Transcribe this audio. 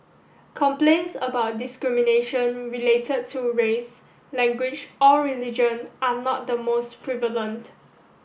complaints about discrimination related to race language or religion are not the most prevalent